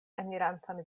enirantan